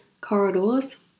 corridors